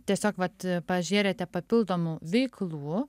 tiesiog vat pažėrėte papildomų veiklų